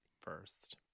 first